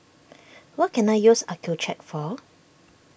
what can I use Accucheck for